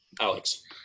Alex